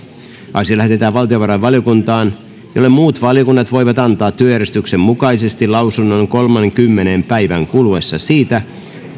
asia lähetetään valtiovarainvaliokuntaan jolle muut valiokunnat voivat antaa työjärjestyksen mukaisesti lausunnon kolmenkymmenen päivän kuluessa siitä